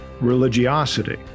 religiosity